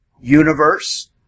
universe